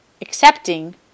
accepting